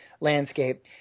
landscape